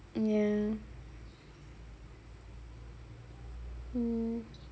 yeah mm